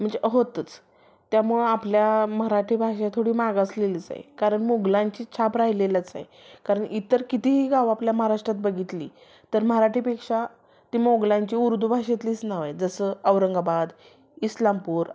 म्हणजे होतंच त्यामुळं आपल्या मराठी भाषा थोडी मागासलेलीच आहे कारण मोगलांची छाप राह्यलेलंच आहे कारण इतर कितीही गावं आपल्या महाराष्ट्रात बघितली तर मराठीपेक्षा ते मोगलांचे उर्दू भाषेतलीच नावं आहेत जसं औरंगाबाद इस्लामपूर